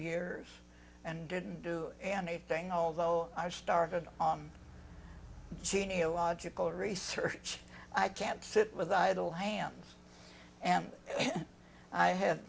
years and didn't do anything although i started on genealogical research i can't sit with idle hands and i had